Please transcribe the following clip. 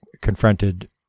confronted